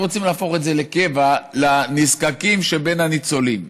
רוצים להפוך את זה לקבע לנזקקים שבין הניצולים.